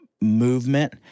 movement